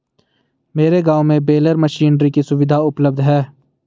मेरे गांव में बेलर मशीनरी की सुविधा उपलब्ध है